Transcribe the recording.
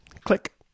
Click